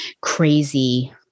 crazy